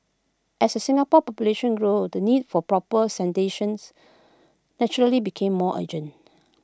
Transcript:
as Singapore population grew the need for proper sanitations naturally became more urgent